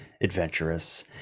adventurous